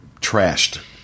trashed